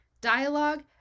dialogue